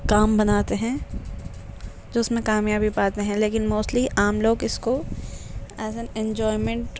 کام بناتے ہیں جو اس میں کامیابی پاتے ہیں لیکن موسٹلی عام لوگ اس کو ایز این انجوائےمینٹ